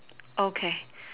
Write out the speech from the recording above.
okay